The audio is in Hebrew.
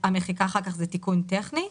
המחיקה אחר כך זה תיקון טכני.